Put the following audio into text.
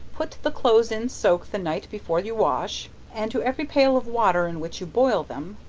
put the clothes in soak the night before you wash, and to every pail of water in which you boil them,